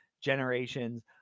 generations